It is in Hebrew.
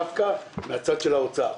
דווקא מן הצד של משרד האוצר.